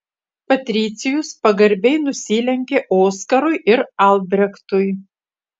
patricijus pagarbiai nusilenkė oskarui ir albrechtui